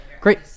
Great